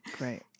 Right